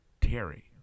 Terry